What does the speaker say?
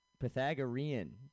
Pythagorean